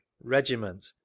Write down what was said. regiment